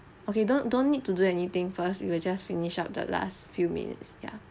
okay don't don't need to do anything first we will just finish up the last few minutes ya